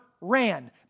ran